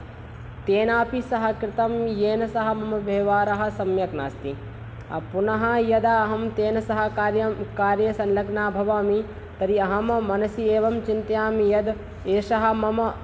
तेनापि सह कृतम् येन सह मम व्यवहारः सम्यक् नास्ति पुनः यदा अहम् तेन सह कार्यं कार्ये सङ्लग्नः भवामि तर्हि अहम् मनसि एवम् चिन्तयामि यद् एषः मम